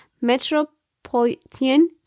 metropolitan